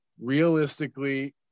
realistically